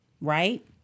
right